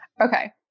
Okay